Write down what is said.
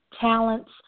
talents